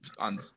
on